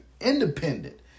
independent